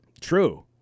True